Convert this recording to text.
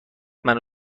منو